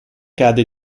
cade